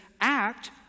act